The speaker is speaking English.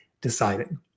deciding